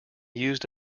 used